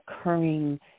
occurring